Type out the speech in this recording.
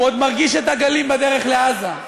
הוא עוד מרגיש את הגלים בדרך לעזה.